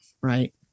Right